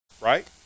right